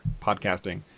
podcasting